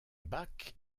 bac